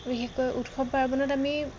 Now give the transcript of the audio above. বিশেষকৈ উৎসৱ পাৰ্বণত আমি